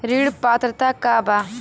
ऋण पात्रता का बा?